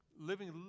living